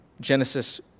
Genesis